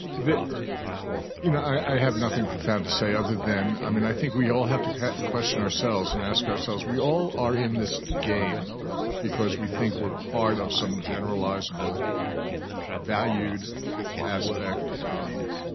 the you know i i have nothing profound to say other than i mean i think we all have to question ourselves and ask ourselves we all are in this game because we think we're part of some generalizable valued aspect of